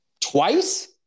twice